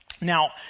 Now